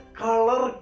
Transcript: color